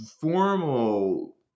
formal